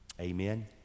Amen